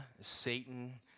Satan